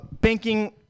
banking